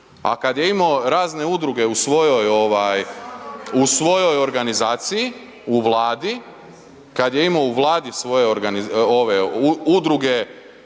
A kad je imao razne udruge u svojoj organizaciji, u Vladi, kad je imao u Vladi svoje udruge